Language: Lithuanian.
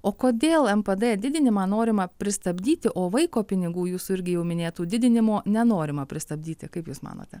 o kodėl mpd didinimą norima pristabdyti o vaiko pinigų jūsų irgi jau minėtų didinimo nenorima pristabdyti kaip jūs manote